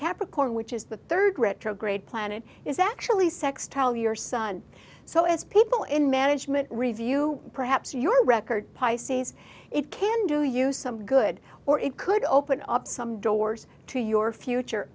capricorn which is the third retrograde planet is actually sextile your son so as people in management review perhaps your record pisces it can do you some good or it could open up some doors to your future